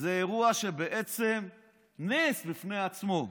זה אירוע שבעצם הוא נס בפני עצמו.